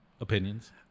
Opinions